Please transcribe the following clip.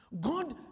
God